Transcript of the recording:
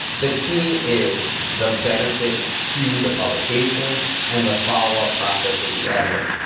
the key is the benefit to the publication and the follow-up process with the editor.